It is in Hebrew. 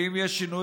ואם יש שינויים,